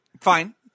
Fine